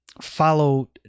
follow